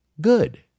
good